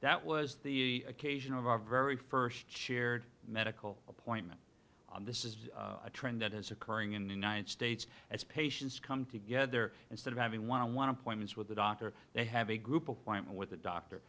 that was the occasion of our very first shared medical appointment this is a trend that is occurring in the united states as patients come together instead of having one on one appointments with the doctor they have a group of women with a doctor